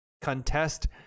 contest